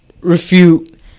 refute